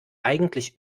eigentlich